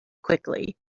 quickly